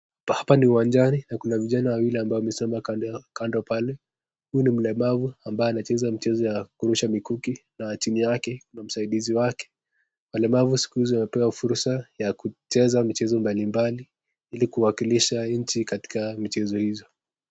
Hapa ni uwanjani na kuna vijana wawili ambao wamesimama kando pale, huyu ni mlemavu ambaye anacheza mchezo ya kurusha mikuki na jini yake kuna msaidizi wake, walemavu siku hizi wamepewa fursa ya kucheza michezo mbalimbali ili kuwakilisha nchi katika michezo hizo.